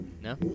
No